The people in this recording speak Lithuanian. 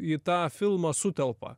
į tą filmą sutelpa